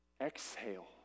exhale